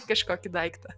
kažkokį daiktą